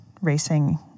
racing